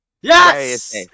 Yes